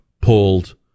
pulled